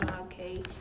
okay